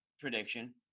prediction